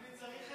אני צריך את זה?